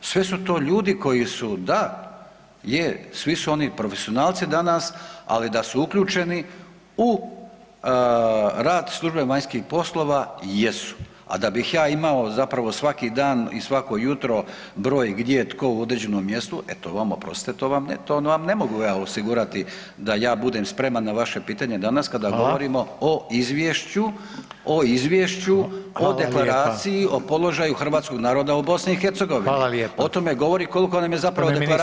Sve su to ljudi koji su da, je, svi su oni profesionalci danas, ali da su uključeni u rad službe vanjskih poslova, jesu, a da bih ja imao zapravo svaki dan i svako jutro broj gdje je tko u određenom mjestu, e to vam oprostite, to vam, to vam ne mogu ja osigurati da ja budem spreman na vaše pitanje danas kada [[Upadica: Hvala]] govorimo o izvješću, o izvješću [[Upadica: Hvala lijepa]] o Deklaraciji o položaju hrvatskog naroda u BiH [[Upadica: Hvala lijepo]] O tome govori kolko nam je zapravo deklaracija važna.